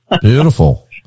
Beautiful